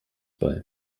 bei